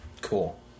Cool